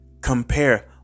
compare